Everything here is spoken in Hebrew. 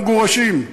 למגורשים,